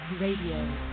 Radio